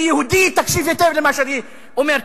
כיהודי תקשיב היטב למה שאני אומר.